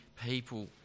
people